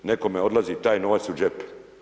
Nekome odlazi taj novac u džep.